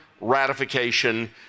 ratification